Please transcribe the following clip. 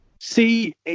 see